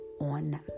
on